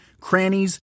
crannies